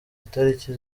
itariki